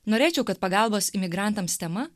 norėčiau kad pagalbos imigrantams tema